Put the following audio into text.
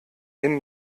nimm